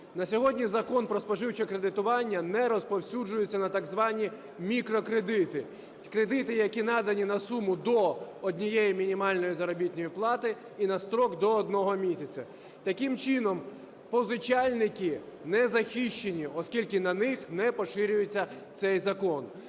На сьогодні Закон "Про споживче кредитування" не розповсюджується на так звані мікрокредити – кредити, які надані на суму до 1 мінімальної заробітної плати і на строк до 1 місяця. Таким чином, позичальники не захищені, оскільки на них не поширюється цей закон.